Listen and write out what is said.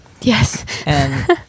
Yes